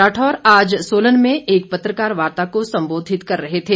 राठौर आज सोलन में एक पत्रकार वार्ता को संबोधित कर रहे थे